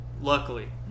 luckily